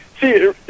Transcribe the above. See